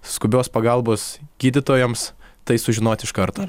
skubios pagalbos gydytojams tai sužinoti iš karto